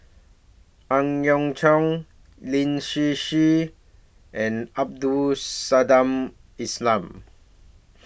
Ang Yau Choon Lin Hsin Hsin and Abdul Samad Islam